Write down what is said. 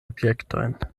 objektojn